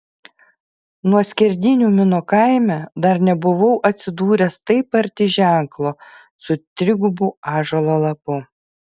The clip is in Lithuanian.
nuo skerdynių mino kaime dar nebuvau atsidūręs taip arti ženklo su trigubu ąžuolo lapu